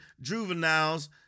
juveniles